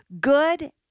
Good